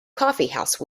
coffeehouse